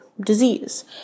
disease